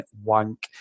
wank